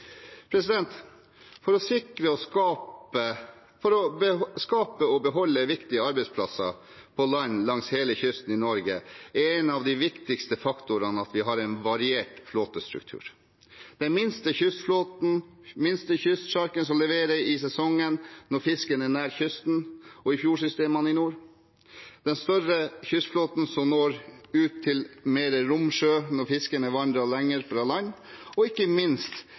beholde viktige arbeidsplasser på land langs hele kysten i Norge er en av de viktigste faktorene at vi har en variert flåtestruktur: den minste kystflåten, den minste kystsjarken som leverer i sesongen når fisken er nær kysten og i fjordsystemene i nord, den større kystflåten, som når ut til mer rom sjø når fisken er vandret lenger fra land, og ikke minst